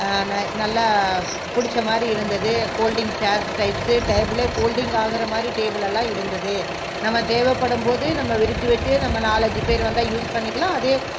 நல்லா பிடிச்ச மாதிரி இருந்தது ஃபோல்டிங் சேர்ஸ் டேபிளு ஃபோல்டிங் ஆகிற மாதிரி எல்லாம் இருந்தது நம்ம தேவைப்படும்போது நம்ம விரிச்சு வச்சு நம்ம நாலு அஞ்சு பேர் வந்தால் யூஸ் பண்ணிக்கலாம் அதே